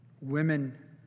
Women